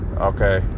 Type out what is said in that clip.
okay